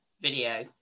video